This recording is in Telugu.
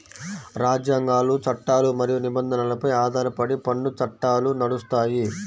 రాజ్యాంగాలు, చట్టాలు మరియు నిబంధనలపై ఆధారపడి పన్ను చట్టాలు నడుస్తాయి